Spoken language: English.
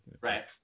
Right